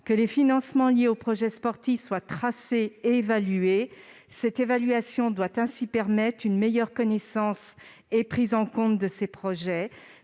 que les financements liés aux projets sportifs soient tracés et évalués. Cela doit permettre une meilleure connaissance et prise en compte de ces projets,